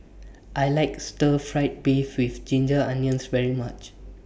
I like Stir Fried Beef with Ginger Onions very much